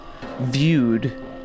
viewed